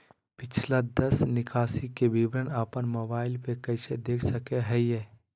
पिछला दस निकासी के विवरण अपन मोबाईल पे कैसे देख सके हियई?